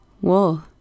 Whoa